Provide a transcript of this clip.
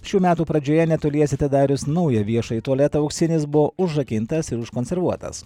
šių metų pradžioje netoliese atidarius naują viešąjį tualetą auksinis buvo užrakintas ir užkonservuotas